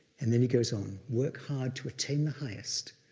and then he goes on, work hard to attain the highest.